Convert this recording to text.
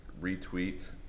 retweet